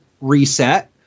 reset